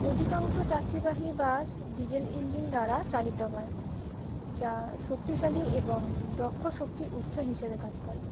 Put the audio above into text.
অধিকাংশ যাত্রীবাহী bus diesel engine দ্বারা চালিত হয় যা শক্তিশালী এবং দক্ষ শক্তির উৎস হিসেবে কাজ করে